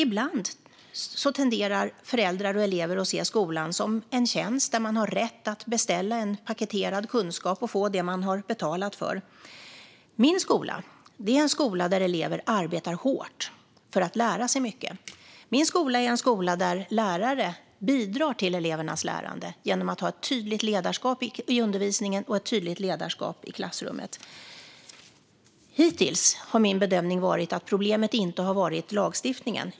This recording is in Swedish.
Ibland tenderar föräldrar och elever att se skolan som en tjänst där man har rätt att beställa en paketerad kunskap och få det man har betalat för. Min skola är en skola där elever arbetar hårt för att lära sig mycket. Min skola är en skola där lärare bidrar till elevernas lärande genom att ha ett tydligt ledarskap i undervisningen och ett tydligt ledarskap i klassrummet. Hittills har min bedömning varit att problemet inte har varit lagstiftningen.